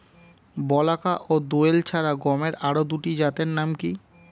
বলাকা ও দোয়েল ছাড়া গমের আরো দুটি জাতের নাম কি?